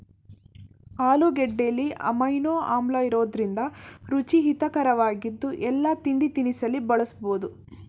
ಆಲೂಗೆಡ್ಡೆಲಿ amino ಆಮ್ಲಇರೋದ್ರಿಂದ ರುಚಿ ಹಿತರಕವಾಗಿದ್ದು ಎಲ್ಲಾ ತಿಂಡಿತಿನಿಸಲ್ಲಿ ಬಳಸ್ಬೋದು